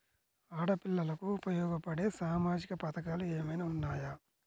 ఆడపిల్లలకు ఉపయోగపడే సామాజిక పథకాలు ఏమైనా ఉన్నాయా?